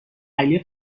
علی